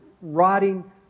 rotting